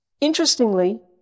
Interestingly